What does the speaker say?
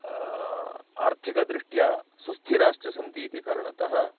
आर्थिकदृष्ट्या सुस्थिराश्च सन्ति इति कारणतः